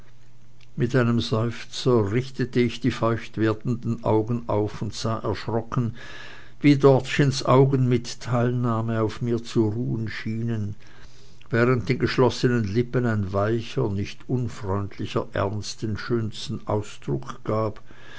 mit einem seufzer richtete ich die feucht werdenden augen auf und sah erschrocken wie dortchens augen mit teilnahme auf mir zu ruhen schienen während den geschlossenen lippen ein weicher nicht unfreundlicher ernst den schönsten ausdruck gab